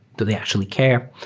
do they actually care?